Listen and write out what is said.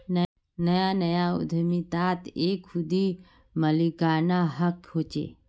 नया नया उद्दमितात एक खुदी मालिकाना हक़ होचे